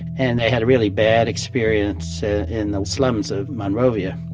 and they had a really bad experience in the slums of monrovia.